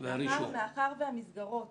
מאחר והמסגרות